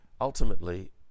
Ultimately